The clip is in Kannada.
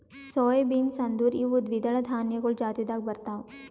ಸೊಯ್ ಬೀನ್ಸ್ ಅಂದುರ್ ಇವು ದ್ವಿದಳ ಧಾನ್ಯಗೊಳ್ ಜಾತಿದಾಗ್ ಬರ್ತಾವ್